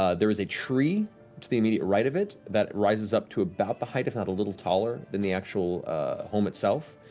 ah there is a tree to the immediate right of it that rises up to about the height, if not a little taller, than the actual home itself.